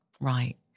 Right